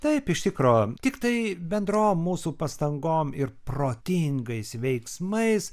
taip iš tikro tiktai bendrom mūsų pastangom ir protingais veiksmais